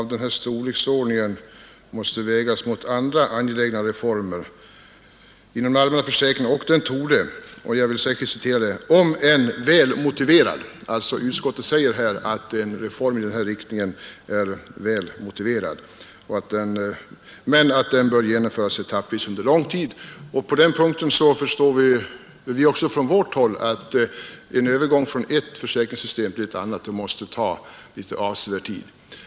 det här gäller måste självfallet vägas mot andra angelägna reformer inom den allmänna försäkringen och den torde — om än väl motiverad — i varje Onsdagen den fall inte kunna genomföras annat än etappvis och under lång tid.” 15 november 1972 Utskottet säger alltså att en reform i denna riktning är väl motiverad. Vi förstår också på vårt håll att en övergång från ett försäkringssystem till ett annat måste ta avsevärd tid.